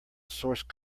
source